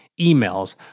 emails